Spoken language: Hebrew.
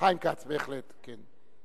חיים כץ, בהחלט, כן.